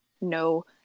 no